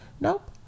Nope